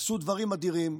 שעשו דברים אדירים,